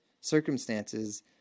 circumstances